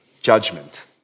judgment